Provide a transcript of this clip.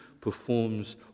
performs